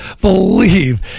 believe